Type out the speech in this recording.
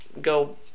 go